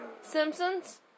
Simpsons